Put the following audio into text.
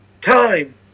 time